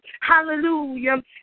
Hallelujah